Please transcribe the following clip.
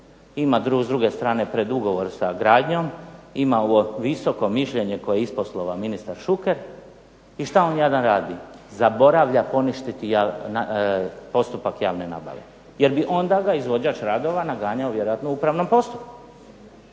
ima s druge strane predugovor sa "Gradnjom", ima ovo visoko mišljenje koje je isposlovao ministar Šuker. I šta on jadan radi? Zaboravlja poništiti postupak javne nabave jer bi onda ga izvođač radova naganjao vjerojatno u upravnom postupku